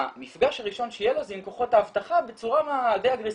המפגש הראשון שיהיה לו זה עם כוחות האבטחה בצורה די אגרסיבית,